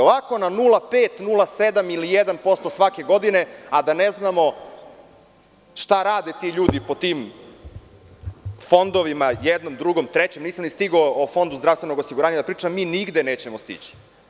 Ovako na 0,5, 0,7 ili 1% svake godine, a da ne znamo šta rade ti ljudi po tim fondovima, jednom, drugom, trećem, nisam ni stigao o Fondu zdravstvenog osiguranja da pričam, mi nigde nećemo stići.